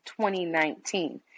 2019